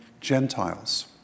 Gentiles